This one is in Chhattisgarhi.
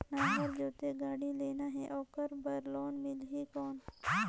नागर जोते गाड़ी लेना हे ओकर बार लोन मिलही कौन?